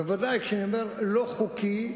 ודאי שכשאני אומר "לא חוקי",